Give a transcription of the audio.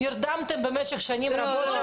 נרדמתם במשך שנים רבות.